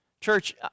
Church